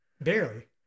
barely